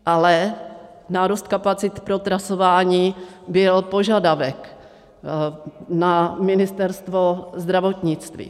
Ale nárůst kapacit pro trasování byl požadavek na Ministerstvo zdravotnictví.